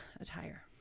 attire